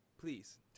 Please